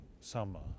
summer